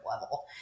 level